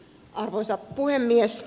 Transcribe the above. arvoisa puhemies